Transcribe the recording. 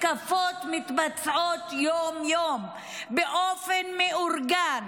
מתקפות מתבצעות יום-יום באופן מאורגן,